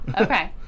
Okay